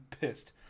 pissed